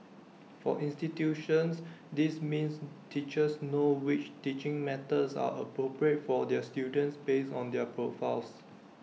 for institutions this means teachers know which teaching methods are appropriate for their students based on their profiles